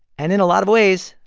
and in a lot of ways,